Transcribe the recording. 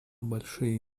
большие